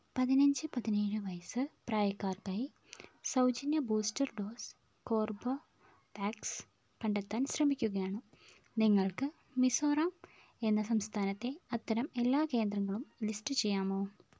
പതിനഞ്ച് പതിനേഴു വയസ്സ് പ്രായക്കാർക്കായി സൗജന്യ ബൂസ്റ്റർ ഡോസ് കോർബെവാക്സ് കണ്ടെത്താൻ ശ്രമിക്കുകയാണ് നിങ്ങൾക്ക് മിസോറാം എന്ന സംസ്ഥാനത്തെ അത്തരം എല്ലാ കേന്ദ്രങ്ങളും ലിസ്റ്റു ചെയ്യാമോ